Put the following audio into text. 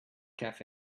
cafe